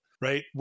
Right